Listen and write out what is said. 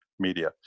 Media